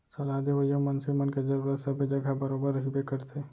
सलाह देवइया मनसे मन के जरुरत सबे जघा बरोबर रहिबे करथे